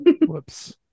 Whoops